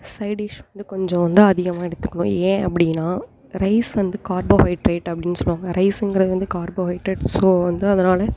side dish வந்து கொஞ்சம் வந்து அதிகமாக எடுத்துக்கணும் ஏன் அப்படின்னா ரைஸ் வந்து கார்போஹைட்ரேட் அப்படின்னு சொல்லுவாங்க ரைஸ்ஸுங்கிறது வந்து கார்போஹைட்ரேட் ஸோ வந்து அதனால்